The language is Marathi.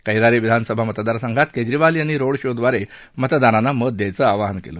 कैरारी विधानसभा मतदारसंघात केजरीवाल यांनी रोडशोद्वारे मतदारांना मत द्यायचं आवाहन केलं